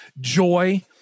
joy